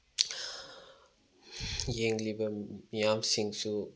ꯌꯦꯡꯂꯤꯕ ꯃꯤꯌꯥꯝꯁꯤꯡꯁꯨ